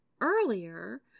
earlier